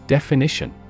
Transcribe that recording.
Definition